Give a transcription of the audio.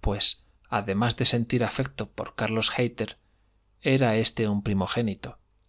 pues además de sentir afecto por carlos hayter era éste un primogénito